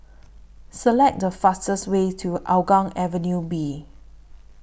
Select The fastest Way to Hougang Avenue B